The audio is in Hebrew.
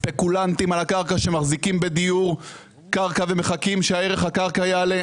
ספקולנטים על הקרקע שמחזיקים קרקע ומחכים שערך הקרקע יעלה.